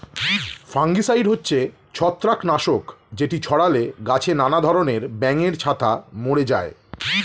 fungicide হচ্ছে ছত্রাক নাশক যেটি ছড়ালে গাছে নানা ধরণের ব্যাঙের ছাতা মরে যায়